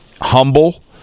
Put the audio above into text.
humble